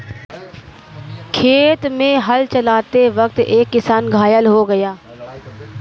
खेत में हल चलाते वक्त एक किसान घायल हो गया